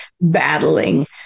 battling